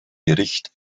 bericht